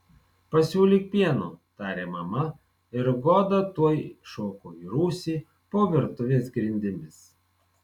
pasiūlyk pieno tarė mama ir goda tuoj šoko į rūsį po virtuvės grindimis